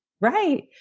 Right